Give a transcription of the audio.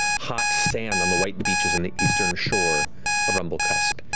hot sand on the white beaches on the eastern shore of rumblecusp.